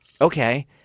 okay